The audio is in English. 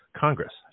Congress